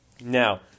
Now